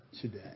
today